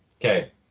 Okay